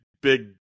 big